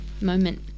moment